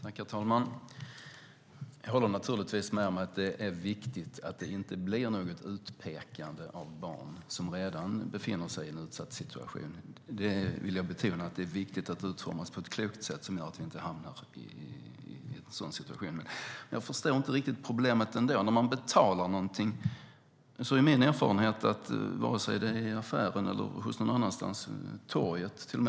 Herr talman! Jag håller naturligtvis med om att det är viktigt att det inte blir något utpekande av barn som redan befinner sig i en utsatt situation. Jag vill betona att det är viktigt att detta utformas på ett klokt sätt. Men jag förstår inte riktigt problemet ändå. Min erfarenhet är att när man betalar någonting, oavsett om det är i affären eller någon annanstans, får man ett kvitto.